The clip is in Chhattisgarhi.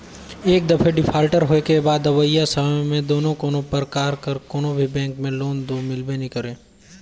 एक दफे डिफाल्टर होए के बाद अवइया समे में दो कोनो परकार कर कोनो भी बेंक में लोन दो मिलबे नी करे